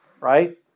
Right